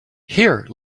here